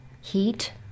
heat